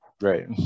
Right